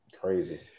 crazy